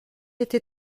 été